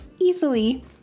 easily